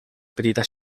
petita